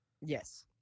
Yes